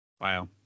Wow